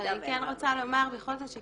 אבל אני כן רוצה לומר בכל זאת,